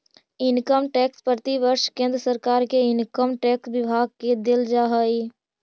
income tax प्रतिवर्ष केंद्र सरकार के इनकम टैक्स विभाग के देल जा हई